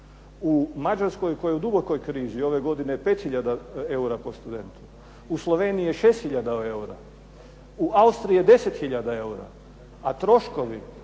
U Mađarskoj koja je u dubokoj krizi ove godine 5 hiljada eura po studentu. U Sloveniji je 6 hiljada eura. U Austriji je 10 hiljada eura. A troškovi